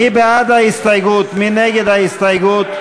מי בעד סעיף 1 ללא הסתייגויות?